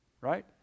Right